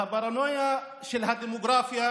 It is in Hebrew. והפרנויה של הדמוגרפיה